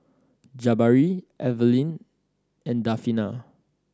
Jabari Evelyn and Delfina